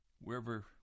wherever